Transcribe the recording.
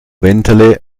bentele